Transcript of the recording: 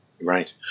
Right